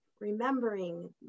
remembering